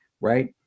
right